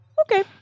Okay